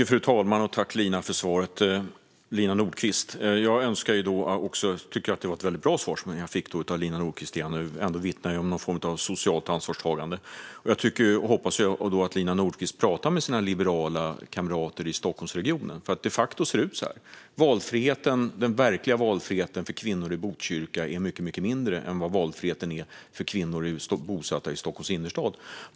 Fru talman! Tack, Lina Nordquist, för svaret! Jag tycker att det var ett väldigt bra svar som vittnar om någon form av socialt ansvarstagande, och jag hoppas att Lina Nordquist pratar om detta med sina liberala kamrater i Stockholmsregionen. De facto ser det ut så här. Den verkliga valfriheten för kvinnor i Botkyrka är mycket mindre än för kvinnor bosatta i Stockholms innerstad.